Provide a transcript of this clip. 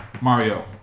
Mario